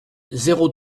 zéro